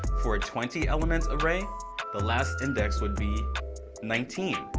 for a twenty element array the last index would be nineteen.